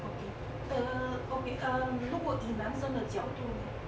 okay err okay um 如果以男生的角度 leh